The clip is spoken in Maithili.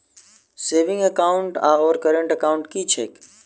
सेविंग एकाउन्ट आओर करेन्ट एकाउन्ट की छैक?